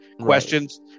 questions